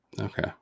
Okay